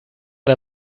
der